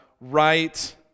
right